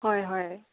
হয় হয়